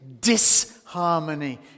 disharmony